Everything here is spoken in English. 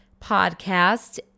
podcast